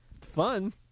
fun